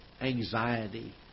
anxiety